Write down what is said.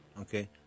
Okay